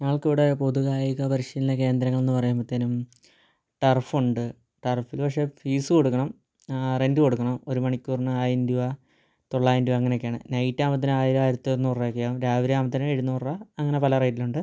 ഞങ്ങൾക്ക് ഇവിടെ പൊതു കായികപരിശീലന കേന്ദ്രങ്ങൾ എന്ന് പറയുമ്പത്തേനും ടർഫ് ഉണ്ട് ടർഫിൽ പക്ഷെ ഫീസ് കൊടുക്കണം റെൻ്റ് കൊടുക്കണം ഒരു മണിക്കൂറിന് ആയിരം രൂപ തൊള്ളായിരം രൂപ അങ്ങനെയൊക്കെയാണ് നൈറ്റ് ആകുമ്പത്തേന് ആയിരം ആയിരത്തി അറുനൂറ് രൂപയൊക്കെയാകും രാവിലെ ആകുമ്പത്തേന് എഴുനൂറ് രൂപ അങ്ങനെ പല റേറ്റിലുണ്ട്